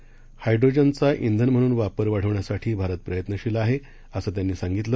LNG हायड्रोजनचा चिन म्हणून वापर वाढवण्यासाठी भारत प्रयत्नशील आहे असं त्यांनी सांगतिलं